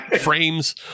frames